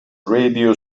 radio